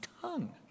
tongue